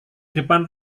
depan